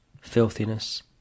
filthiness